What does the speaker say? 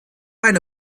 eine